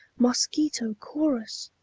mosquito chorus!